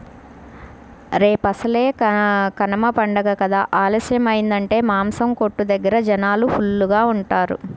రేపసలే కనమ పండగ కదా ఆలస్యమయ్యిందంటే మాసం కొట్టు దగ్గర జనాలు ఫుల్లుగా ఉంటారు